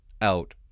out